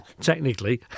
technically